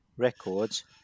records